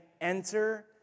enter